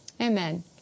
Amen